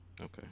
Okay